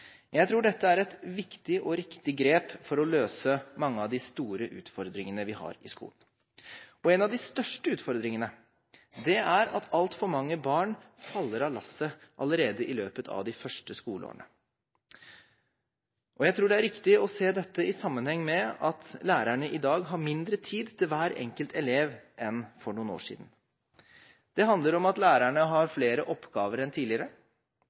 Jeg tror dette er et viktig og riktig grep for å løse mange av de store utfordringene vi har i skolen. En av de største utfordringene er at altfor mange barn faller av lasset allerede i løpet av de første skoleårene. Jeg tror det er riktig å se dette i sammenheng med at lærerne i dag har mindre tid til hver enkelt elev enn for noen år siden. Det handler om at lærerne har flere oppgaver enn tidligere,